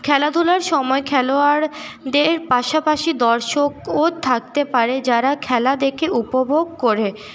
খেলাধুলার সময় খেলোয়াড়দের পাশাপাশি দর্শকও থাকতে পারে যারা খেলা দেখে উপভোগ করে